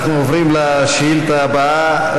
אנחנו עוברים לשאילתה הבאה,